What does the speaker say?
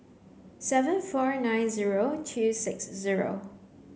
seven four nine zero two six zero